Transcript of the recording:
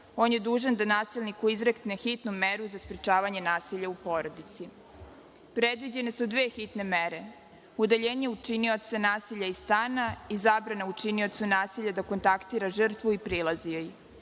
on je dužan da nasilniku izrekne hitnu meru za sprečavanje nasilja u porodici. Predviđene su dve hitne mere: udaljenje učinioca nasilja iz stana i zabrana učiniocu nasilja da kontaktira žrtvu i prilazio